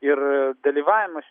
ir dalyvavimas